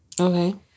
Okay